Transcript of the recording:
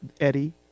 Eddie